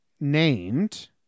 named